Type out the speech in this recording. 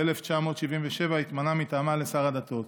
וב-1977 התמנה מטעמה לשר הדתות.